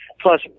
Plus